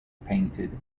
painted